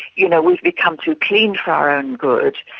you know, we've become too clean for our own good,